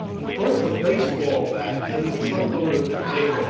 both the baseball bat and the truckload of tomatoes